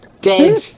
dead